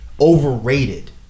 overrated